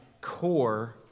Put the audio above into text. core